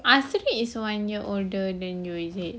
asyirin is one year older than you is it